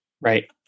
Right